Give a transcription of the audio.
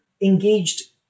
engaged